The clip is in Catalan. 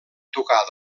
tocar